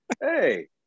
hey